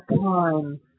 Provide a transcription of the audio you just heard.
time